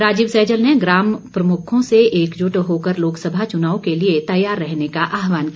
राजीव सैजल ने ग्राम प्रमुखों से एकजुट होकर लोकसभा चुनाव के लिए तैयार रहने का आहवान किया